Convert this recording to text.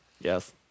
Yes